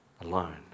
alone